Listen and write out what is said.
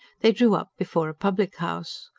they drew up before a public-house.